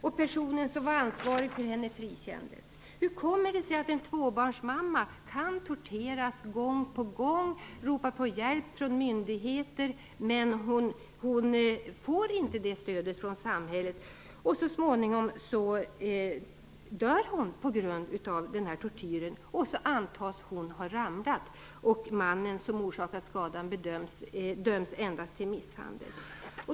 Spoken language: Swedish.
Den person som var ansvarig för henne frikändes. Hur kommer det sig att en tvåbarnsmamma kan torteras gång på gång, ropa på hjälp från myndigheter men inte få stöd från samhället? Så småningom dör hon på grund av denna tortyr, och då antas hon ha ramlat, och mannen som orsakat skadan döms endast för misshandel.